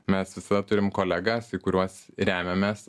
mes visada turime kolegas į kuriuos remiamės